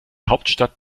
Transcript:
hauptstadt